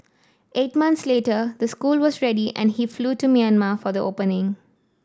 eight months later the school was ready and he flew to Myanmar for the opening